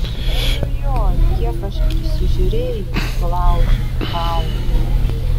oi oi oi kiek aš prisižiūrėjau sulaužytų kaulų